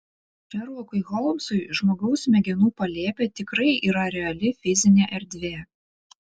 šerlokui holmsui žmogaus smegenų palėpė tikrai yra reali fizinė erdvė